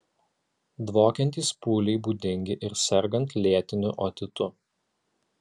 dvokiantys pūliai būdingi ir sergant lėtiniu otitu